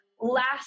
last